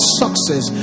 success